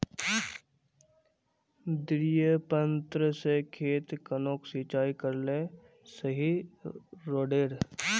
डिरिपयंऋ से खेत खानोक सिंचाई करले सही रोडेर?